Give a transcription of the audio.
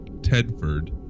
Tedford